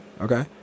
Okay